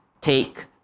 take